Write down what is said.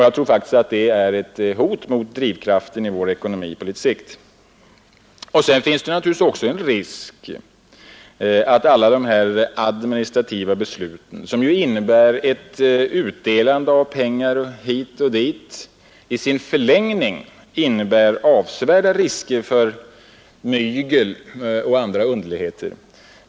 Jag tror faktiskt att detta på litet sikt är ett hot mot drivkraften i vår ekonomi. Alla dessa administrativa beslut, som ju innebär ett utdelande av pengar hit och dit, rymmer naturligtvis också i sin förlängning avsevärda risker för mygel och andra underligheter.